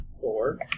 four